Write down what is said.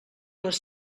les